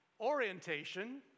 Orientation